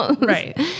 right